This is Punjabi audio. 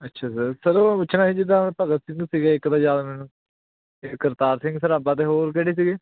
ਅੱਛਾ ਸਰ ਸਰ ਉਹ ਪੁੱਛਣਾ ਸੀ ਜਿੱਦਾਂ ਹੁਣ ਭਗਤ ਸਿੰਘ ਸੀਗੇ ਇੱਕ ਤਾਂ ਯਾਦ ਹੈ ਮੈਨੂੰ ਅਤੇ ਕਰਤਾਰ ਸਿੰਘ ਸਰਾਭਾ ਅਤੇ ਹੋਰ ਕਿਹੜੇ ਸੀਗੇ